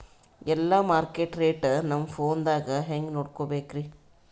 ಎಲ್ಲಾ market rate ನಮ್ ಫೋನದಾಗ ಹೆಂಗ ನೋಡಕೋಬೇಕ್ರಿ?